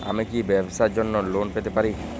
আমি কি ব্যবসার জন্য লোন পেতে পারি?